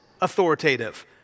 authoritative